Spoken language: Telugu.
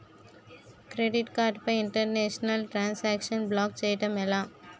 క్రెడిట్ కార్డ్ పై ఇంటర్నేషనల్ ట్రాన్ సాంక్షన్ బ్లాక్ చేయటం ఎలా?